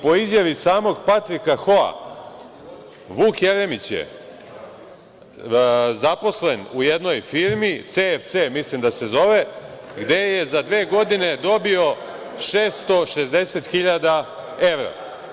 Po izjavi samog Patrika Hoa, Vuk Jeremić je zaposlen u jednoj firmi, CFC mislim da se zove, gde je za dve godine dobio 660.000 evra.